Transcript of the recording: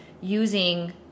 using